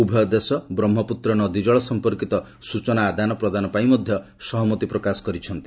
ଉଭୟ ଦେଶ ବ୍ରହ୍ମପୁତ୍ର ନଦୀ ଜଳ ସଂପର୍କିତ ସ୍ୱଚନା ଆଦାନ ପ୍ରଦାନ ପାଇଁ ମଧ୍ୟ ସହମତି ପ୍ରକାଶ କରିଛନ୍ତି